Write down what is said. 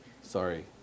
sorry